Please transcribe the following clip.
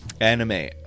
Anime